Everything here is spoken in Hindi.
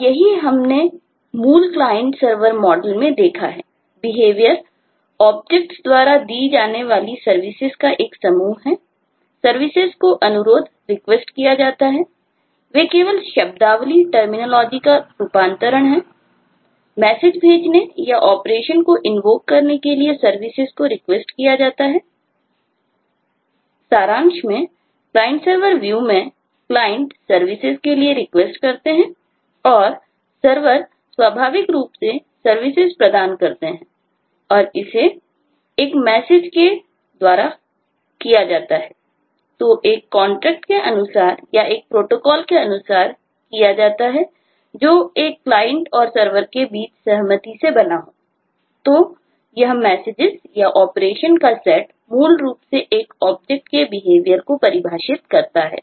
और यही हमने मूल क्लाइंट सर्वर मॉडल को परिभाषित करता है